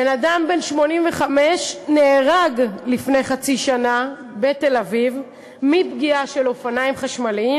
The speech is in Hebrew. בן-אדם בן 85 נהרג לפני חצי שנה בתל-אביב מפגיעה של אופניים חשמליים,